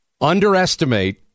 underestimate